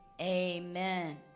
Amen